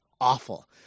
awful